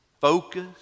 focus